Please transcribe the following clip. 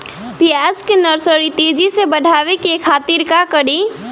प्याज के नर्सरी तेजी से बढ़ावे के खातिर का करी?